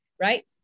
Right